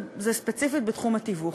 ספציפית תחום התיווך.